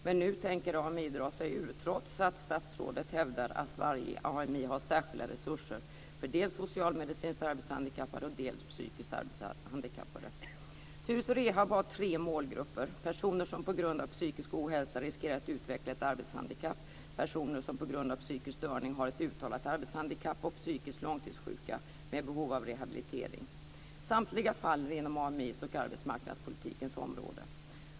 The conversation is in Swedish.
Men nu tänker AMI dra sig ur, trots att statsrådet hävdar att varje AMI har särskilda resurser för dels socialmedicinskt arbetshandikappade, dels psykiskt arbetshandikappade. Tyresö Rehab har tre målgrupper, personer som på grund av psykisk ohälsa riskerar att utveckla ett arbetshandikapp, personer som på grund av psykisk störning har ett uttalat arbetshandikapp och psykiskt långtidssjuka med behov av rehabilitering. Samtliga faller inom AMI:s och arbetsmarknadspolitikens område.